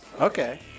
Okay